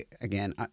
again